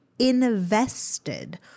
invested